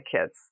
kids